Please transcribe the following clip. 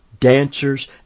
dancers